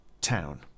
town